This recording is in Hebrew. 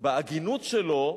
בהגינות שלו,